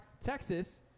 Texas